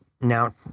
now